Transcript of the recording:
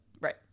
Right